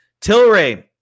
Tilray